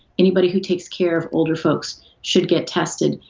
anybody who takes care of older folks should get tested.